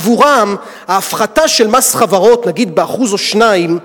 עבורם ההפחתה של מס חברות, נגיד ב-1% או 2%,